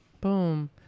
boom